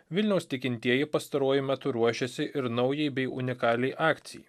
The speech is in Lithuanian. vilniaus tikintieji pastaruoju metu ruošiasi ir naujai bei unikaliai akcijai